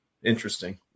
interesting